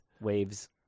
Waves